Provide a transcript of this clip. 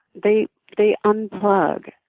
they they unplug,